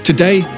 Today